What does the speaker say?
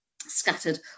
scattered